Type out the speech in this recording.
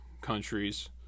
countries